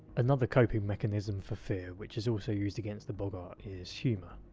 another coping mechanism for fear, which is also used against the boggart, is humour.